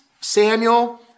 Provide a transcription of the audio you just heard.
Samuel